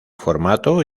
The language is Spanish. formato